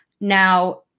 Now